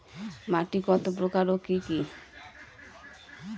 মাটি কত প্রকার ও কি কি?